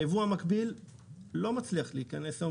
היבוא המקביל לא מצליח להיכנס היום